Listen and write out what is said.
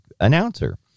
announcer